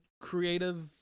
creative